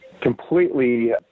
completely